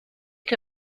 que